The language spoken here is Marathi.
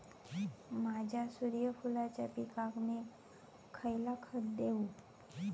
माझ्या सूर्यफुलाच्या पिकाक मी खयला खत देवू?